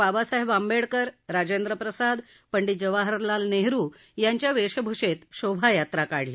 बाबासाहेब आंबेडकर राजेंद्र प्रसाद पंडित जवाहरलाल नेहरू यांच्या वेशभूषेत शोभायात्रा काढली